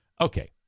okay